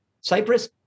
Cyprus